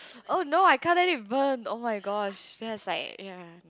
oh no I can't let it burn oh-my-gosh that's like ya